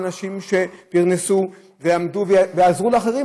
אנשים שפרנסו ועזרו לאחרים,